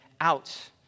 out